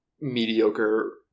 mediocre